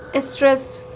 stress